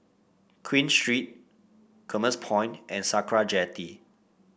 Queen Street Commerce Point and Sakra Jetty